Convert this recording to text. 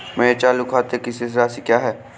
मेरे चालू खाते की शेष राशि क्या है?